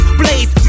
blaze